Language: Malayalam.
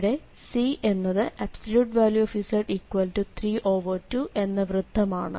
ഇവിടെ C എന്നത് z32 എന്ന വൃത്തമാണ്